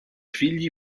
figli